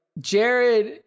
Jared